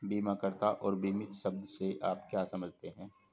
बीमाकर्ता और बीमित शब्द से आप क्या समझते हैं?